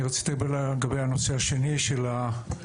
אני רציתי לדבר על הנושא השני של החוק,